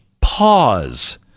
pause